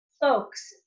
folks